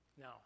Now